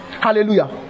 Hallelujah